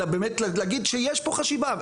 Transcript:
אלא באמת להגיד שיש פה חשיבה,